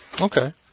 Okay